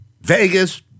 Vegas